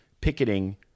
picketing